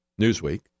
Newsweek